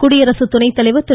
குடியரசு துணைத்தலைவர் திரு